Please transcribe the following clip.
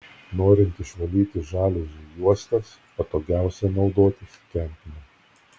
norint išvalyti žaliuzių juostas patogiausia naudotis kempine